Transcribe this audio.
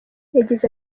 yagize